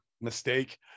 mistake